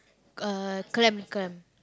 uh clam clam